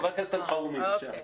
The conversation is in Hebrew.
חבר הכנסת אלחרומי, בבקשה.